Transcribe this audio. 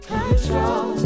Control